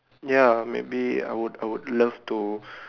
ya maybe I would I would love to